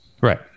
Right